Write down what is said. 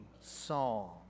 song